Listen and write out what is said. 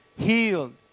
Healed